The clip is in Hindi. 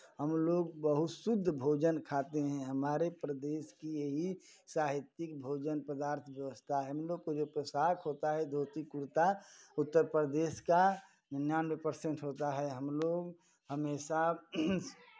हम लोग बहुत शुद्ध भोजन खाते हैं हमारे प्रदेश की यही साहित्यिक भोजन पदार्थ व्यवस्था है हम लोग को जो पोशाक होता है धोती कुर्ता उत्तर प्रदेश का निन्यानवे परसेंट होता है हम लोग हमेशा